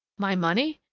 my money?